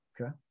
Okay